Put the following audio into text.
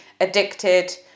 addicted